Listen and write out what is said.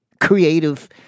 creative